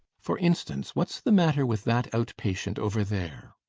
for instance, what's the matter with that out-patient over there?